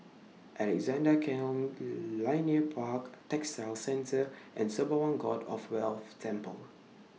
Alexandra Canal Linear Park Textile Centre and Sembawang God of Wealth Temple